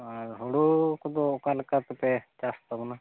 ᱟᱨ ᱦᱳᱲᱳ ᱠᱚᱫᱚ ᱚᱠᱟᱞᱮᱠᱟ ᱛᱮᱯᱮ ᱪᱟᱥ ᱛᱟᱵᱚᱱᱟ